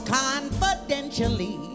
confidentially